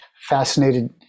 fascinated